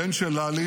הבן של ללי,